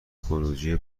خروجی